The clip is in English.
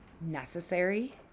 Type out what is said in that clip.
necessary